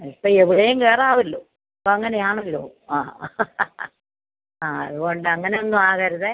അ ഇപ്പോൾ എവിടെയും കയറാമല്ലോ ഇപ്പം അങ്ങനെയാണല്ലോ ആ ആ അതുകൊണ്ട് അങ്ങനെ ഒന്നും ആകരുതേ